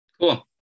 Cool